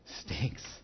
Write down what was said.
stinks